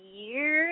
year